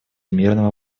мирного